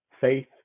faith